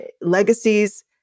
legacies